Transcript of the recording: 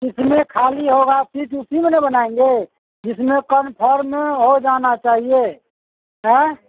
جس میں کھالی ہوگا سیٹ اسی میں نا بنائیں گے جس میں کنفرم ہو جانا چاہیے ایں